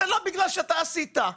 זה לא בגלל שאתה עשית,